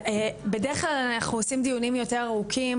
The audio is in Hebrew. בדרך כלל אנחנו עושים דיונים יותר ארוכים,